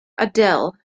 adele